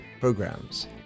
programs